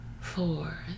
Four